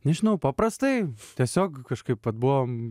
nežinau paprastai tiesiog kažkaip vat buvom